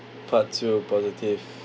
part two positive